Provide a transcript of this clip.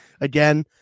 again